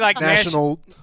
National